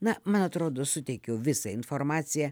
na man atrodo suteikiau visą informaciją